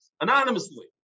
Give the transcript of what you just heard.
Anonymously